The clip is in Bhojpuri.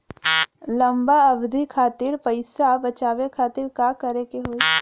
लंबा अवधि खातिर पैसा बचावे खातिर का करे के होयी?